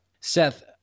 Seth